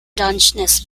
dungeness